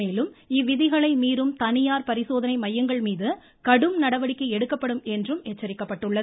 மேலும் இவ்விதிகளை மீறும் தனியார் பரிசோதனை மையங்கள் மீது கடும் நடவடிக்கை எடுக்கப்படும் என்று எச்சரிக்கப்பட்டுள்ளது